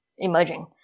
emerging